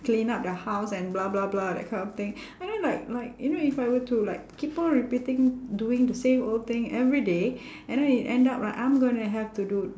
clean up the house and blah blah blah that kind of thing and then like like you know if I were to like keep on repeating doing the same old thing every day and then it end up right I'm gonna have to do